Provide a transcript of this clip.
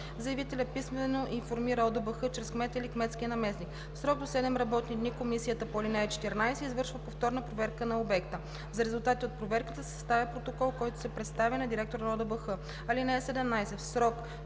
заявителят писмено информира ОДБХ чрез кмета или кметския наместник. В срок до 7 работни дни комисията по ал. 14 извършва повторна проверка на обекта. За резултатите от проверката се съставя протокол, който се представя на директора на ОДБХ. (17)